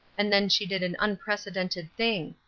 and then she did an unprecedented thing.